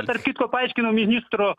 tarp kitko paaiškino ministro